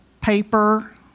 paper